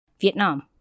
Vietnam